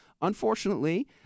Unfortunately